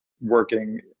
working